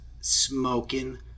smoking